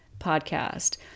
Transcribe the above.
podcast